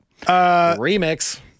Remix